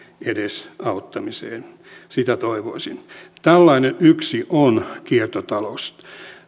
edesauttamiseen sitä toivoisin tällainen yksi on kiertotalous